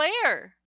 player